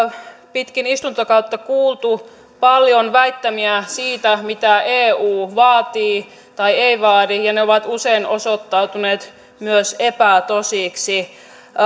pitkin istuntokautta kuultu paljon väittämiä siitä mitä eu vaatii tai ei vaadi ja ne ovat usein osoittautuneet myös epätosiksi